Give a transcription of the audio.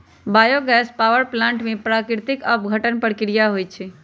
bio gas power plant में प्राकृतिक अपघटन प्रक्रिया होइ छइ